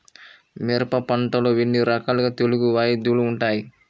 మిరప పంటలో ఎన్ని రకాల తెగులు వ్యాధులు వుంటాయి?